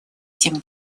тем